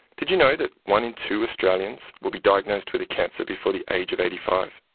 did you know that one in two australians will be diagnosed with a cancer before the age of eighty five?